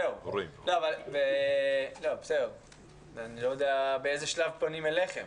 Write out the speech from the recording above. זהו, אבל אני לא יודע באיזה שלב פונים אליכם.